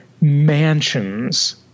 mansions